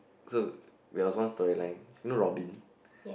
so we also want storyline you know Robin